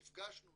נפגשנו,